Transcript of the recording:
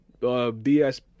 BS